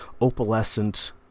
opalescent